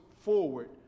forward